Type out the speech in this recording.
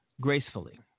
gracefully